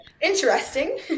interesting